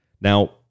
Now